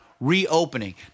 reopening